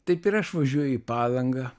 taip ir aš važiuoju į palangą